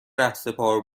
رهسپار